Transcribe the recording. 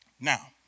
Now